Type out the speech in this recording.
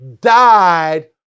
died